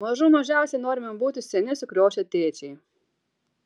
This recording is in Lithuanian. mažų mažiausiai norime būti seni sukriošę tėčiai